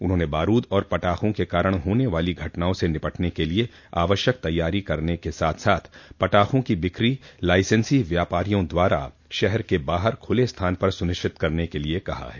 उन्होंने बारूद और पटाखों के कारण होने वाली घटनाओं से निपटने के लिए आवश्यक तैयारी करने के साथ साथ पटाखों की बिक्री लाइसेंसी व्यापारियों द्वारा शहर के बाहर खुले स्थान पर सुनिश्चित करने के लिए कहा है